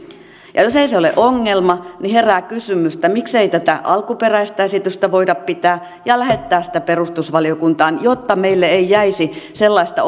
ja jos ei se ole ongelma niin herää kysymys miksei tätä alkuperäistä esitystä voida pitää ja lähettää sitä perustusvaliokuntaan jotta meille ei jäisi sellaista